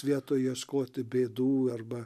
vietoj ieškoti bėdų arba